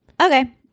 Okay